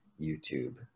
YouTube